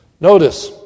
Notice